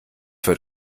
wird